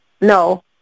No